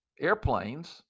Airplanes